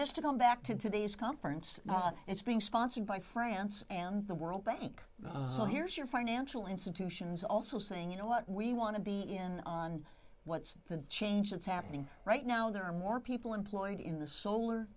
just to go back to today's conference it's being sponsored by france and the world bank so here's your financial institutions also saying you know what we want to be on what's the change that's happening right now there are more people employed in the solar